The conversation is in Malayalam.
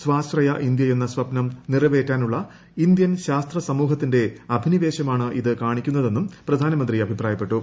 സ്വാശ്രയ ഇന്ത്യയെന്ന സ്വപ്നം നിറവേറ്റാനുളള ഇന്ത്യൻ ശാസ്ത്ര സമൂഹത്തിന്റെ അഭിനിവേശമാണ് ഇത് കാണിക്കുന്നതെന്നും പ്രധാനമന്ത്രി അഭിപ്രായപ്പെട്ടു